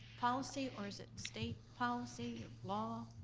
policy or is it state policy ah law?